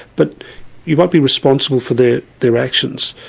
but you won't be responsible for their their actions.